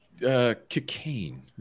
Cocaine